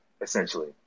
essentially